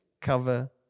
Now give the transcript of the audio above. cover